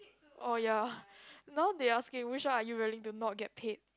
oh ya now they asking which one are you willing to not get paid